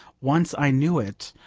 once i knew it,